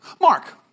Mark